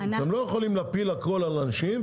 אתם לא יכולים להפיל הכול על אנשים.